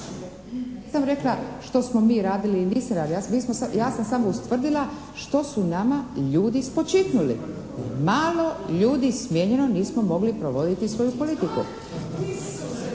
rekla što smo mi radili …/Govornik se ne razumije./… ja sam samo ustvrdila što su nama ljudi spočitnuli. Malo je ljudi smijenjeno i nismo mogli provoditi svoju politiku.